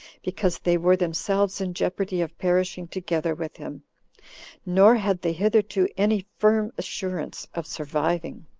because they were themselves in jeopardy of perishing together with him nor had they hitherto any firm assurance of surviving.